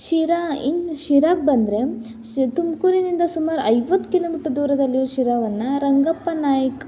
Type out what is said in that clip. ಶಿರಾ ಇನ್ನು ಶಿರಾಗೆ ಬಂದರೆ ತುಮಕೂರಿನಿಂದ ಸುಮಾರು ಐವತ್ತು ಕಿಲೋಮೀಟರ್ ದೂರದಲ್ಲಿರುವ ಶಿರಾವನ್ನು ರಂಗಪ್ಪನಾಯಕ್